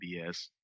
BS